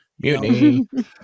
Mutiny